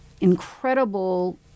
incredible